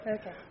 Okay